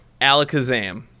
Alakazam